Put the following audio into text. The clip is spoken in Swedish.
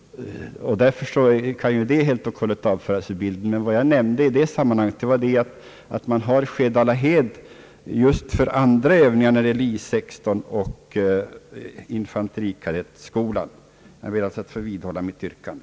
Därför kan den saken helt och hållet avföras ur bilden; om det nu var detta herr Johansson tänkte på. Vad jag avsåg i sammanhanget var att Skedalahed utnyttjas för andra övningar när det gäller 116 och infanterikadettskolan. Jag ber att få vidhålla mitt yrkande.